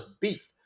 beef